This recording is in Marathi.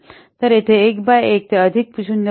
तर येथे हे 1 बाय 1 ते अधिक 0